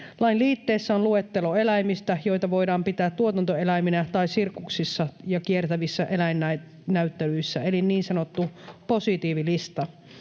Lain liitteessä on luettelo eläimistä, joita voidaan pitää tuotantoeläiminä tai sirkuksissa ja kiertävissä eläinnäyttelyissä, eli niin sanottu positiivilista.